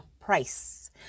price